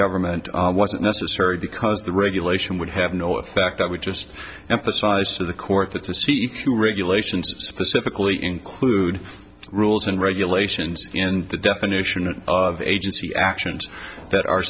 government wasn't necessary because the regulation would have no effect i would just emphasize to the court that the c e q regulations specifically include rules and regulations and the definition of agency actions that are